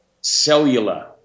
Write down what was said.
cellular